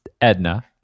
Edna